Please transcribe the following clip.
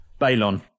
Balon